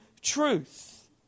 truth